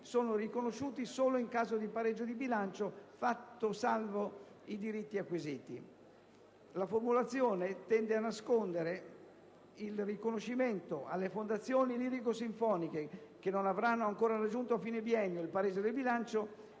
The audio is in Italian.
sono riconosciuti solo in caso di pareggio di bilancio, fatti salvi i diritti acquisiti». La formulazione tende a nascondere il riconoscimento alle fondazioni lirico-sinfoniche che non avranno ancora raggiunto a fine biennio il pareggio del bilancio,